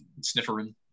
sniffering